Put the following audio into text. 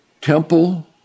temple